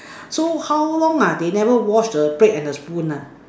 so how long ah they never wash the plate and the spoon ah